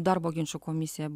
darbo ginčų komisija